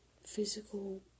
physical